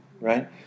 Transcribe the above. right